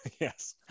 Yes